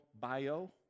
bio